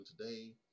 today